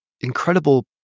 incredible